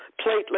platelet